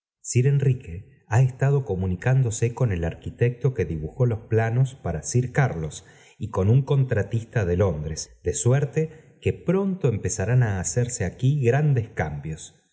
sir enrique ha estado comunicándose con el arquitecto que dibujó los planos para sir carlos y con ün contratista de londres de suerte que pronto empezarán a hacerse aquí grandes cambios